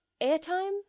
airtime